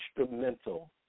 instrumental